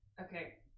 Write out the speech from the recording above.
Okay